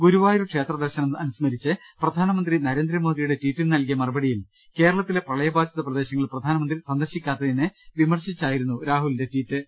ഗുരുവായൂർ ക്ഷേത്ര ദർശനം അനുസ്മരിച്ച് പ്രധാനമന്ത്രി നരേന്ദ്രമോദിയുടെ ട്വീറ്റിന് നൽകിയ മറുപടിയിൽ കേര ളത്തിലെ പ്രളയബാധിത പ്രദേശങ്ങൾ പ്രധാനമന്ത്രി സന്ദർശിക്കാത്തതിനെ വിമർശി ച്ചായിരുന്നു രാഹുലിന്റെ ടചീറ്റ്